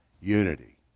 unity